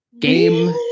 Game